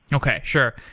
and okay. sure.